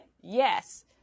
Yes